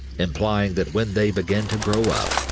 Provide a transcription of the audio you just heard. implying that when they began to grow up,